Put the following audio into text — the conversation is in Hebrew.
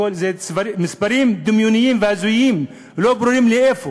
הכול מספרים דמיוניים והזויים, לא ברור לאן.